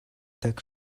task